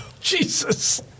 Jesus